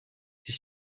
gdzie